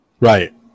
Right